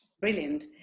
Brilliant